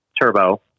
turbo